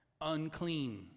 Unclean